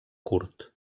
curt